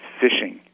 fishing